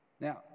Now